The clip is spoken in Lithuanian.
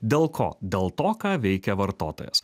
dėl ko dėl to ką veikia vartotojas